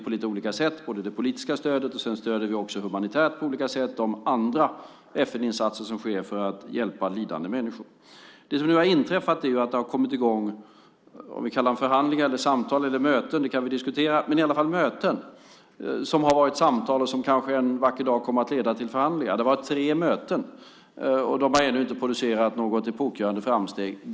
Vi stöder politiskt och också humanitärt på olika sätt de andra FN-insatser som sker för att hjälpa lidande människor. Det som nu har inträffat är att det har kommit i gång, om vi ska kalla det för förhandlingar eller samtal kan vi diskutera, men i alla fall möten som har varit samtal och som en vacker dag kanske kommer att leda till förhandlingar. Det har varit tre möten, och de har ännu inte producerat något epokgörande framsteg.